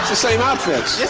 same outfits,